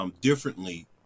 differently